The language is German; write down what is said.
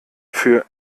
für